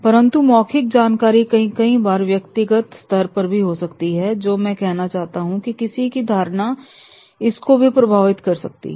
परंतु मौखिक जानकारी कई बार व्यक्तिगत स्तर पर भी हो सकती है जो मैं कहना चाहता हूं की किसी की धारणा इसको भी प्रभावित कर सकती है